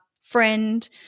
friend